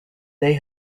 they